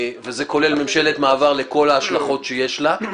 וזה כולל ממשלת מעבר על כל ההשלכות שיש לה,